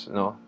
no